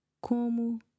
Como